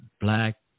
black